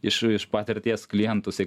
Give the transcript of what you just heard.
iš iš patirties klientus į